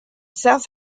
south